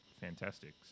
fantastic